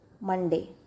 Monday